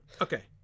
Okay